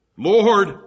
Lord